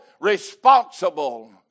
responsible